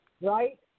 Right